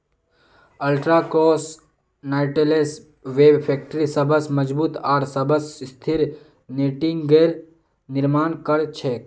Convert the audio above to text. ultra cross knotless web factory सबस मजबूत आर सबस स्थिर नेटिंगेर निर्माण कर छेक